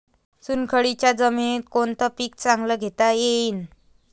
चुनखडीच्या जमीनीत कोनतं पीक चांगलं घेता येईन?